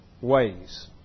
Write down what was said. ways